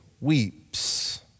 weeps